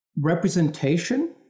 representation